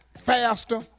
faster